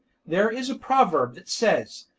there is a proverb that says,